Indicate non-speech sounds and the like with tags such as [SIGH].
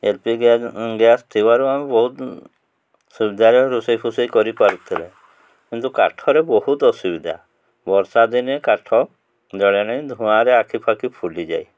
[UNINTELLIGIBLE] gas [UNINTELLIGIBLE] gas ଥିବାରୁ ଆମେ ବହୁତ ସୁବିଧାରେ ରୋଷେଇ ଫୋସେଇ କରିପାରୁଥିଲେ କିନ୍ତୁ କାଠରେ ବହୁତ ଅସୁବିଧା ବର୍ଷା ଦିନେ କାଠ ଜଳେନି ଧୂଆଁରେ ଆଖି ଫାଖି ଫୁଲିଯାଏ